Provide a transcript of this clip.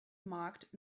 marked